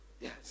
Yes